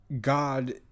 God